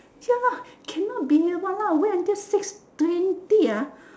ya lor cannot be !walao! wait until six twenty ah